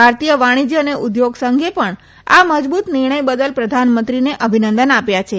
ભારતીય વાણિજ્ય અને ઉદ્યોગ સંઘે પણ આ મજબૂત નિર્ણય બદલ પ્રધાનમંત્રીને અભિનંદન આપ્યા છે